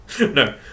No